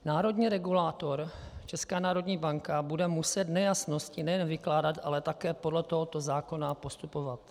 Národní regulátor, Česká národní banka, bude muset nejasnosti nejen vykládat, ale také podle tohoto zákona postupovat.